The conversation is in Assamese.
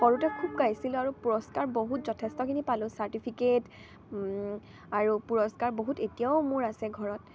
সৰুতে খুব গাইছিলোঁ আৰু পুৰস্কাৰ বহুত যথেষ্টখিনি পালোঁ চাৰ্টিফিকেট আৰু পুৰস্কাৰ বহুত এতিয়াও মোৰ আছে ঘৰত